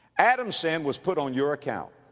adam's sin was put on your account.